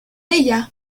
ella